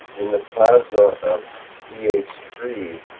in the plasma of c h three.